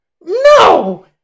No